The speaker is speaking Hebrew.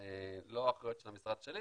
זה לא האחריות של המשרד שלי,